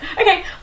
Okay